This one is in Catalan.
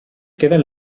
queden